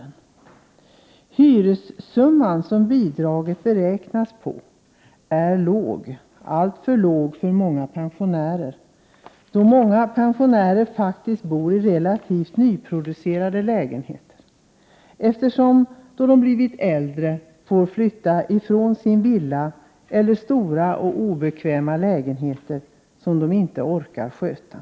Den hyressumma som man utgår från när det gäller bidraget är låg — ja, alltför låg för många pensionärer. Många pensionärer bor i relativt nyproducerade lägenheter. Många måste ju, när de blir äldre, flytta från sin villa eller från en stor och obekväm lägenhet som de inte längre orkar sköta.